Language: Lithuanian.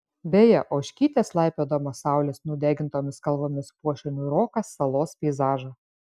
beje ožkytės laipiodamos saulės nudegintomis kalvomis puošia niūroką salos peizažą